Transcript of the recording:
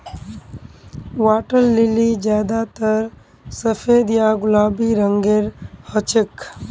water lily ज्यादातर सफेद या गुलाबी रंगेर हछेक